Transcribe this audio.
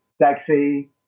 sexy